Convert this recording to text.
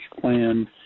plan